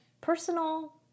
personal